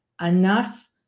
enough